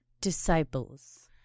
Disciples